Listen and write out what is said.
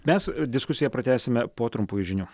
mes diskusiją pratęsime po trumpųjų žinių